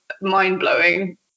mind-blowing